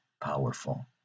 powerful